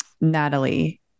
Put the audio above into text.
Natalie